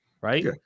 right